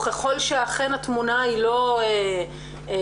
וככל שאכן התמונה היא לא מושלמת,